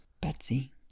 Betsy